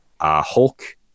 Hulk